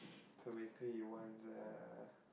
so basically he wants uh